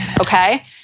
Okay